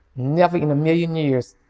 never in a million years.